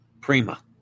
Prima